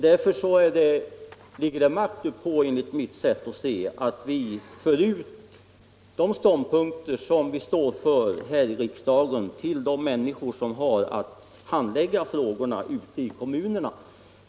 Därför ligger det makt uppå, enligt mitt sätt att se, att de ståndpunkter som vi står för här i riksdagen förs ut till de människor som har att handlägga frågorna i kommunerna.